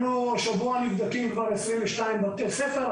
אנחנו השבוע נפגשים עם 22 בתי ספר,